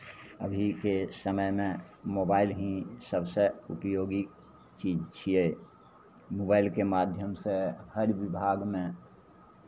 अभीके समयमे मोबाइल ही सभसँ उपयोगी चीज छियै मोबाइलके माध्यमसँ हर विभागमे